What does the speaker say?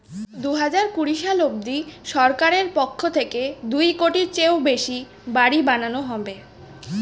দুহাজার কুড়ি সাল অবধি সরকারের পক্ষ থেকে দুই কোটির চেয়েও বেশি বাড়ি বানানো হবে